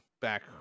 back